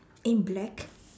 in black